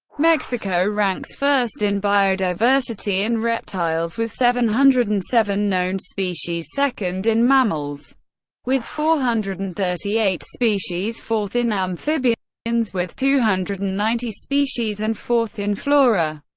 mexico ranks first in biodiversity in reptiles with seven hundred and seven known species, second in mammals with four hundred and thirty eight species, fourth in amphibians with two hundred and ninety species, and fourth in flora,